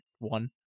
one